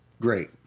great